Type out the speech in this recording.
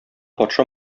патша